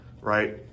right